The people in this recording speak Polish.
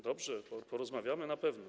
Dobrze, porozmawiamy na pewno.